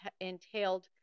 entailed